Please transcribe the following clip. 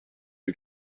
you